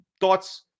thoughts